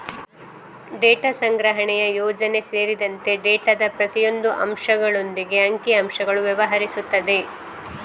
data ಸಂಗ್ರಹಣೆಯ ಯೋಜನೆ ಸೇರಿದಂತೆ ಡೇಟಾದ ಪ್ರತಿಯೊಂದು ಅಂಶಗಳೊಂದಿಗೆ ಅಂಕಿ ಅಂಶಗಳು ವ್ಯವಹರಿಸುತ್ತದೆ